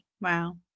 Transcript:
Wow